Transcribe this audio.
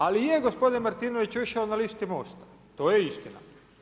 Ali je gospodin Martinović ušao na listi MOST-a, to je istina.